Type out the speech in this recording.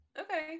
okay